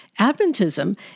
Adventism